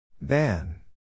Ban